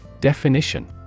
Definition